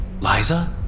Liza